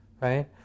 right